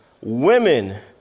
women